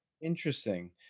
Interesting